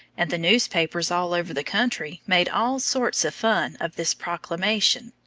and the newspapers all over the country made all sorts of fun of this proclamation.